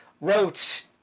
wrote